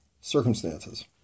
circumstances